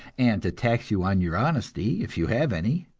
and to tax you on your honesty, if you have any.